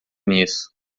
nisso